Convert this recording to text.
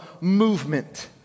movement